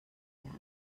plats